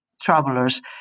Travelers